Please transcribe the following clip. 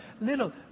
little